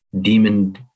Demon